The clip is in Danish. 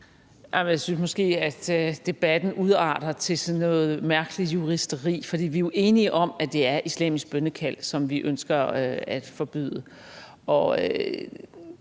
Jeg synes måske, at debatten udarter sig til sådan noget mærkeligt juristeri, for vi er jo enige om, at det er islamisk bønnekald, vi ønsker at forbyde.